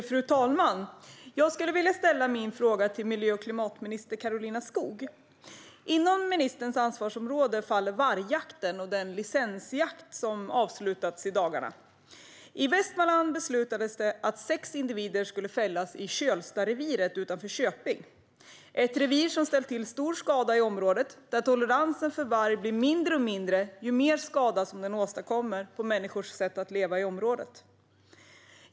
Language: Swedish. Fru talman! Jag vill ställa min fråga till miljö och klimatminister Karolina Skog. Inom ministerns ansvarsområde faller vargjakten och den licensjakt som avslutats i dagarna. I Västmanland beslutades att sex individer skulle fällas i Kölstareviret utanför Köping. Det är ett revir som ställt till stor skada i området där toleransen för varg blir allt mindre ju mer skada det åstadkommer på människors sätt att leva i området.